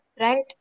right